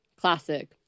Classic